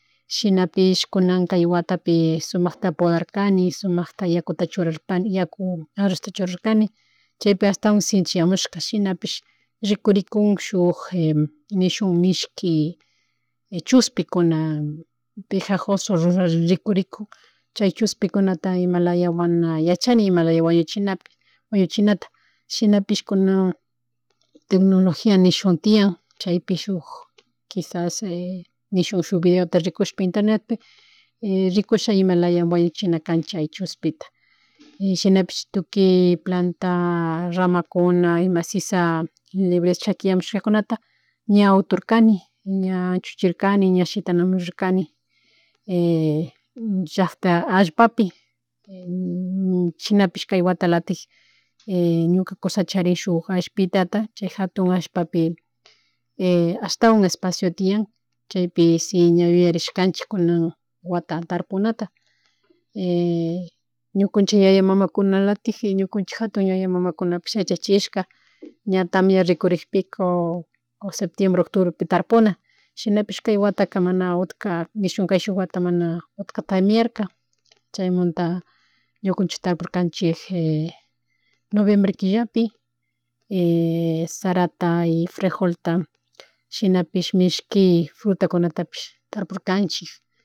Shinapish kuna kay watapi sumakta sumakta yakuta churarkani, yaku arrozta churarkani chaypi astawan shinchiyamushka shinapish rikurikun shuk nishun mishki chuspikuna pejajoso rikurikun chay chushpikunata imalaya mana yachani, imalayata wañuchina, wañuchinata, shinapish kunan tecnología nishun tiyan chaypi shuk quisas nishuk shuk videota rikushp rikusha imalaya wañuchina kan chay chushpita y shinapish tukuy planta ramakuna ima sisa libre chakuyamushkata ña uturkani ña anchuchirkani ña shitanamun rirkani llackta allpapi shinapish kay watalatik ñukalatik ñuka kusa charin shuk allpitata, chay jatu allpapi ashtawan espacio tiyan chaypi si ña yuyarishkanchik kunan watata tarpunata ñukunchik yaya, mamkunalatik ñukunchi jatun yaya, mamakupish yachachishka ña tamia rikurikpika o septiembre, ocubrepika tarpuna, shinapish, kay wataka mana utka, nishuk kayshun wata mana utkata tamiarka chaymunta ñukunchik tapurkanchik noviembre killapi sarata, frejolta shinapish mishki frutakunatapish tarpurkanchik